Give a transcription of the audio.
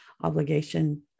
obligation